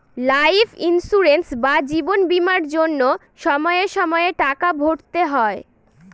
life insurance বা জীবন বীমার জন্য সময়ে সময়ে টাকা ভরতে হয়